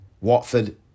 Watford